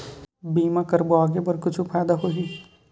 बीमा करबो आगे बर कुछु फ़ायदा होही?